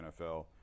nfl